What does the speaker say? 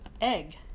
egg